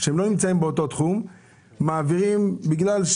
משרדים שלא נמצאים באותו תחום מעבירים והכסף